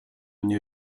nie